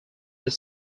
they